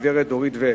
הגברת דורית ואג,